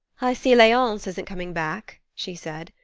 i see leonce isn't coming back, she said,